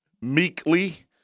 meekly